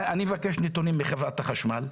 אני מבקש נתונים מחברת החשמל.